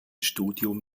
studium